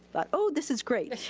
thought, oh, this is great.